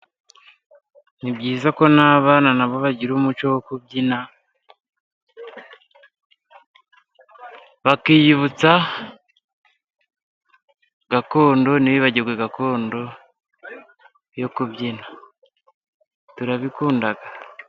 Nibyiza ko n'abana nabo, bagira umuco wo kubyina, bakiyibutsa gakondo ntibibagirwe gakondo, yo kubyina turabikunda.